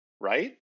Right